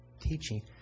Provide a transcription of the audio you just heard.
teaching